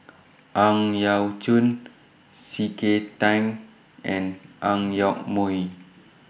Ang Yau Choon C K Tang and Ang Yoke Mooi